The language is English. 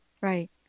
right